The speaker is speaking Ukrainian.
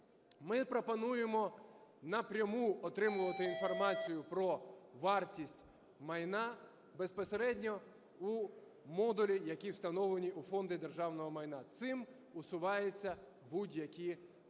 Ми пропонуємо напряму отримувати інформацію про вартість майна безпосередньо у модулі, які встановлені у Фонді державного майна, цим усуваються будь-які ризики,